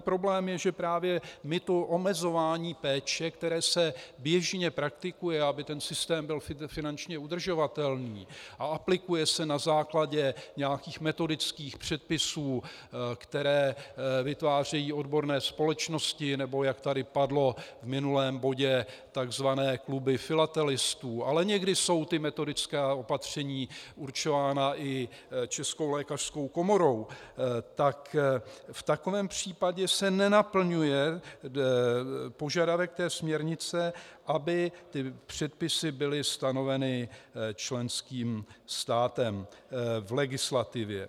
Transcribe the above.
Problém je, že my to omezování péče, které se běžně praktikuje, aby systém byl finančně udržitelný, a aplikuje se na základě nějakých metodických předpisů, které vytvářejí odborné společnosti, nebo, jak tady padlo v minulém bodě, takzvané kluby filatelistů, ale někdy jsou metodická opatření určována i Českou lékařskou komorou, tak v takovém případě se nenaplňuje požadavek té směrnice, aby předpisy byly stanoveny členským státem v legislativě.